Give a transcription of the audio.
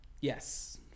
Yes